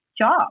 job